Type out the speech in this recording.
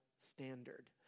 standard